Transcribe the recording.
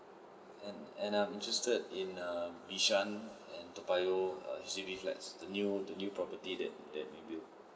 and and err I'm interested in err bishan and toa payoh err H_D_B flats the new the new property that be build